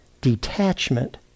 detachment